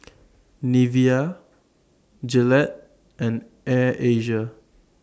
Nivea Gillette and Air Asia